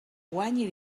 guanyi